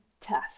test